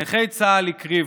נכי צה"ל הקריבו,